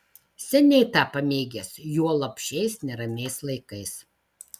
seniai tą pamėgęs juolab šiais neramiais laikais